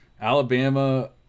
Alabama